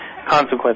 consequences